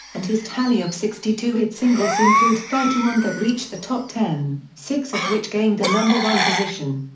and his tally of sixty two hit singles include thirty one that reached the top ten, six of which gained the number one position.